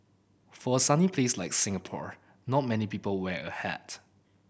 for a sunny place like Singapore not many people wear a hat